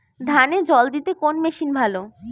ধানে জল দিতে কোন মেশিন ভালো?